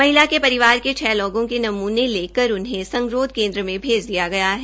महिला के परिवार के छ लोगों के नमूने लेकर उन्हें संगरोध केन्द्र में भेज दिया गया है